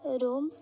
Rome